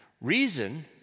Reason